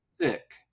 sick